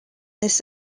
this